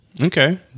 Okay